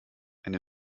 eine